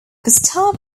gustav